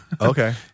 Okay